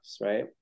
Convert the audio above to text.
right